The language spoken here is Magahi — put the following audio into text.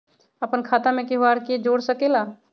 अपन खाता मे केहु आर के जोड़ सके ला?